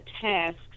tasks